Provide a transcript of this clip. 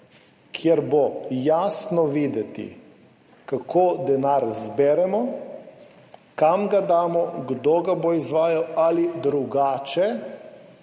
kjer bo jasno videti, kako denar zberemo, kam ga damo, kdo ga bo izvajal, ali drugače,